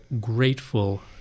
grateful